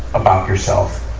about yourself,